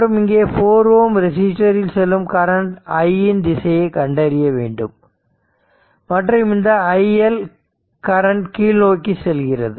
மற்றும் இங்கே 4 Ω ரெசிஸ்டரில் செல்லும் கரண்ட் i இன் திசையை கண்டறிய வேண்டும் மற்றும் இந்த i Lகரண்ட் கீழ்நோக்கி செல்கிறது